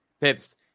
Pips